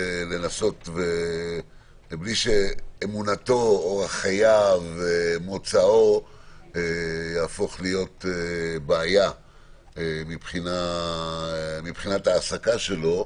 בלי שאמונתו או חייו או מוצאו יהפכו להיות בעיה מבחינת ההעסקה שלו,